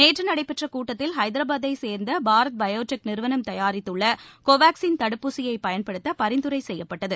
நேற்று நடைபெற்ற கூட்டத்தில் ஹைதராபாதைச் சேர்ந்த பாரத் பயோடெக் நிறுவனம் தயாரித்துள்ள கோவேக்ஸின் தடுப்பூசியை பயன்படுத்த பரிந்துரை செய்யப்பட்டது